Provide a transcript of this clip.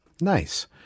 Nice